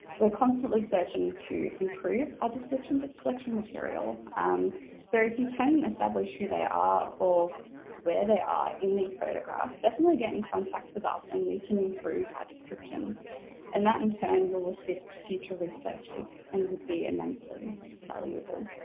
we're constantly searching to improve our descriptions of collection material so if you can establish who they are or where they are in these photographs definitely get in contact with us and we can improve our descriptions and that in turn will assist future researchers and would be immensely valuable.